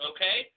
Okay